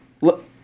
Look